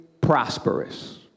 prosperous